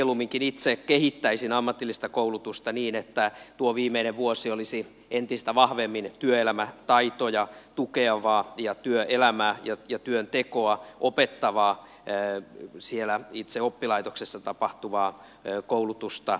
mieluumminkin itse kehittäisin ammatillista koulutusta niin että tuo viimeinen vuosi olisi entistä vahvemmin työelämätaitoja tukevaa ja työelämää ja työntekoa opettavaa enemmän kuin siellä itse oppilaitoksessa tapahtuvaa koulutusta